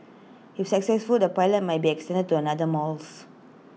if successful the pilot might be extended to another malls